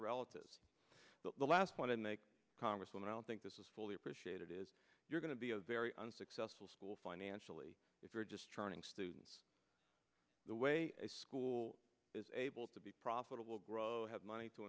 relatives the last one in the congresswoman i don't think this is fully appreciated is you're going to be a very unsuccessful school financially if you're just turning students the way a school is able to be profitable grow have money to